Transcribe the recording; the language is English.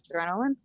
Adrenaline